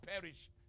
perish